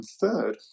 third